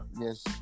Yes